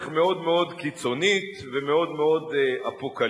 מאוד מאוד קיצונית ומאוד מאוד אפוקליפטית.